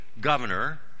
governor